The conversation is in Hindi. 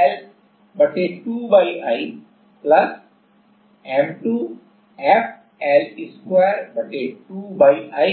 L वर्ग 2YI F वर्ग L घन 6YI